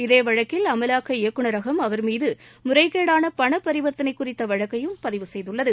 இதே வழக்கில் அமலாக்க இயக்குநரகம் அவர் மீது முறைகேடான பண பரிவர்த்தனை குறித்த வழக்கை பதிவு செய்துள்ளது